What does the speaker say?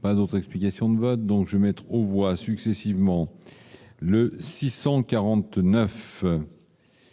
pas d'autre explication de vote donc je on voit successivement le 649